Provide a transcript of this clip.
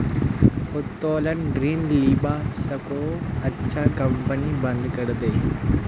उत्तोलन ऋण लीबा स अच्छा कंपनी बंद करे दे